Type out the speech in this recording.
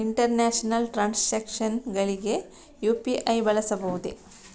International transactions ಗಳಿಗೆ UPI ಬಳಸಬಹುದೇ?